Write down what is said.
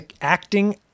acting